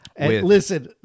Listen